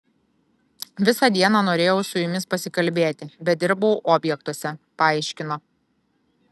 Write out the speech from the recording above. visą dieną norėjau su jumis pasikalbėti bet dirbau objektuose paaiškino